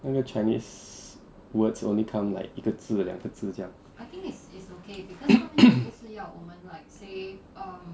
那个 the chinese words only come like 一个字两个字这样